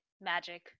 magic